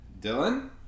Dylan